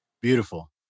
Beautiful